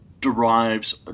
derives